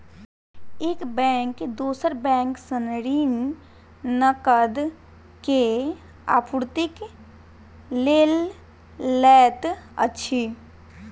एक बैंक दोसर बैंक सॅ ऋण, नकद के आपूर्तिक लेल लैत अछि